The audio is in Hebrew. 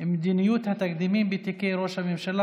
מדיניות התקדימים בתיקי ראש הממשלה,